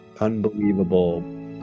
unbelievable